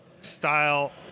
style